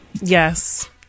yes